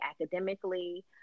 academically